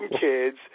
kids